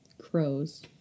crows